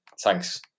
thanks